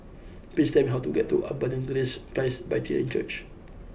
please tell me how to get to Abundant Grace Presbyterian Church